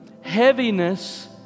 heaviness